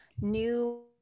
new